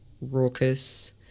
raucous